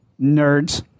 Nerds